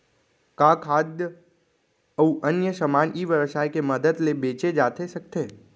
का खाद्य अऊ अन्य समान ई व्यवसाय के मदद ले बेचे जाथे सकथे?